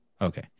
okay